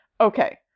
okay